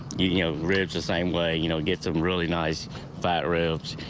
yeah ribs the same way. you know get some really nice fat ribs